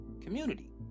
community